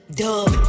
dub